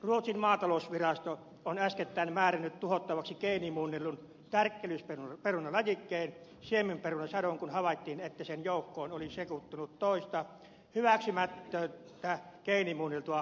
ruotsin maatalousvirasto on äskettäin määrännyt tuhottavaksi geenimuunnellun tärkkelysperunalajikkeen siemenperunasadon kun havaittiin että sen joukkoon oli sekoittunut toista hyväksymätöntä geenimuunneltua perunalajiketta